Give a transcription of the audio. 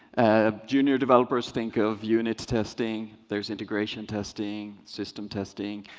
ah junior developers think of units testing. there's integration testing, system testing.